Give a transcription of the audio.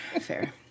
Fair